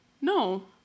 No